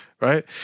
right